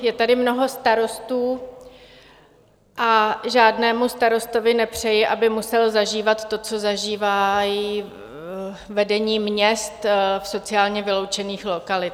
Je tady mnoho starostů a žádnému starostovi nepřeji, aby musel zažívat to, co zažívá vedení měst v sociálně vyloučených lokalitách.